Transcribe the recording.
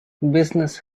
business